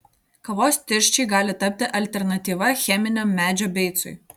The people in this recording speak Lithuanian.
kavos tirščiai gali tapti alternatyva cheminiam medžio beicui